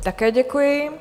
Také děkuji.